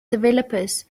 developers